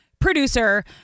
producer